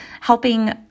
helping